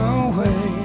away